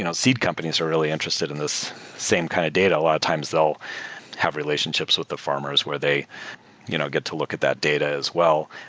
you know seed companies are really interested in this same kind of data. a lot of times they'll have relationships with the farmers where they you know get to look at that data as well,